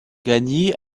gagny